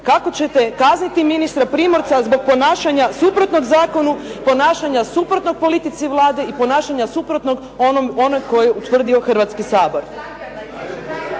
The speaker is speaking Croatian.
kako ćete kazniti ministra Primorca zbog ponašanja suprotnog zakonu, ponašanja suprotnog politici Vlade i ponašanja suprotnog onom koje je utvrdio Hrvatski sabor.